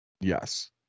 Yes